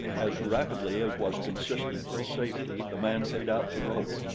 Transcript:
as rapidly as was consistent with safety, the man paid out the rope.